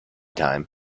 time